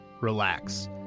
relax